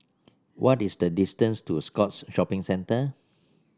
what is the distance to Scotts Shopping Centre